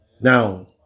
Now